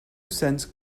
sense